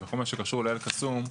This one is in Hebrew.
בכל מה שקשור לאל-קסום,